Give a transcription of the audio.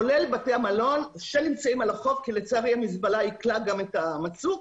כולל בתי המלון שנמצאים על החוף כי לצערי המזבלה עיקלה גם את המצוק.